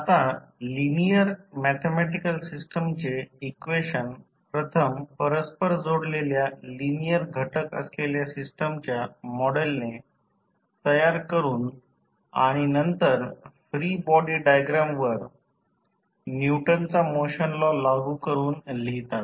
आता linear mathematical सिस्टमचे equation प्रथम परस्पर जोडलेल्या लिनिअर घटक असलेल्या सिस्टमच्या मॉडेलने तयार करून आणि नंतर फ्री बॉडी डायग्रामवर न्यूटनचा मोशन लॉ लागू करून लिहितात